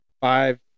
five